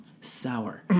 sour